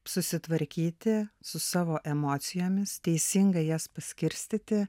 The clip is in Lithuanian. susitvarkyti su savo emocijomis teisingai jas paskirstyti